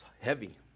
Heavy